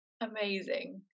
Amazing